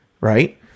Right